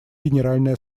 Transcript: генеральной